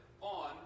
on